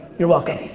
you're welcome.